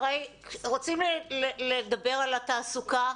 רוצים לדבר על התעסוקה?